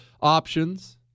options